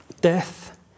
Death